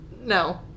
No